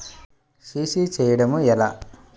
CC చేయడము ఎలా?